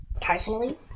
personally